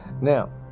Now